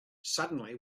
suddenly